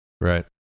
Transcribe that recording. Right